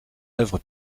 œuvre